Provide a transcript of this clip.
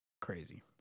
Crazy